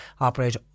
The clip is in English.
operate